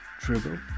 Dribble